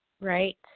Right